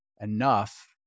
enough